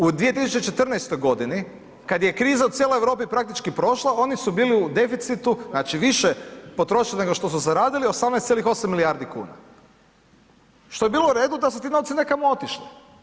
U 2014.g. kad je kriza u cijeloj Europi praktički prošla, oni su bili u deficitu, znači, više potrošili nego što su zaradili, 18,8 milijardi kuna, što bi bilo u redu da su ti novci nekamo otišli.